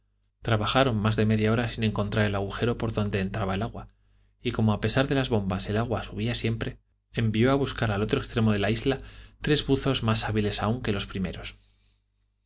trabajaron más de media hora sin encontrar el agujero por donde entraba el agua y como a pesar de las bombas el agua subía siempre envió a buscar al otro extremo de la isla a tres buzos más hábiles aún que los primeros